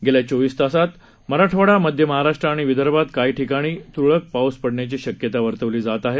येत्या चोवीस तासात मराठवाडा मध्य महाराष्ट्र आणि विदर्भात काही ठिकाणी त्रळक पाऊस पडण्याची शक्यता वर्तवली जात आहे